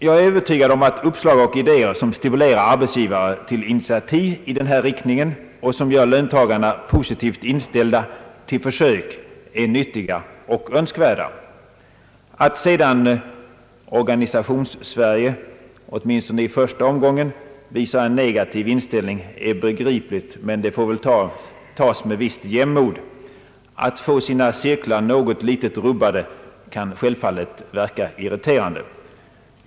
Jag är övertygad om att uppslag och idéer som stimulerar arbetsgivare till initiativ i denna riktning och som gör löntagarna positivt inställda till försök är nyttiga och önskvärda. Att sedan Organisationssverige åtminstone i första omgången visat en negativ inställning är begripligt, men det får väl tas med visst jämnmod. Att få sina cirklar litet rubbade kan självklart verka litet irriterande.